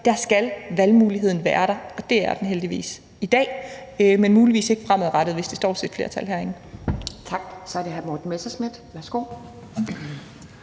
– skal valgmuligheden være der, og det er den heldigvis i dag, men muligvis ikke fremadrettet, hvis det står til et flertal herinde.